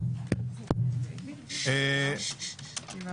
הצבעה אושר.